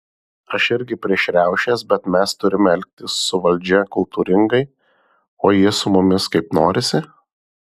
aš irgi prieš riaušės bet mes turime elgtis su valdžia kultūringai o jie su mumis kaip norisi